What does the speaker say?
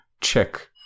check